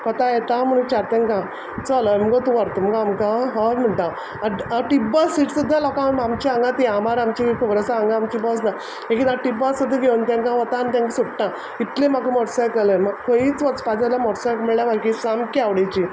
कोंता येता म्हूण विचारत तेंकां चल अय मुगो तूं व्हरत मुगो आमकां हय म्हणटा आं ड आं टिब्बल सीट सुद्दां लोकां आम आमच्या हांगां तियामार आमची खबर आसा हांगां आमची बस ना एक एकदां टिब्बल सुद्दां घेवन तेंक आंव वता आन तेंक सोडटा इतले म्हाक मॉटरसायकल आय म्हाक खंयीच वचपा जाल्या मॉटरसायकल म्हळ्ळ्या म्हागी सामकी आवडीची